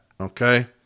okay